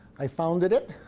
i founded it.